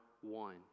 one